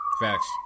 Facts